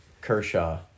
Kershaw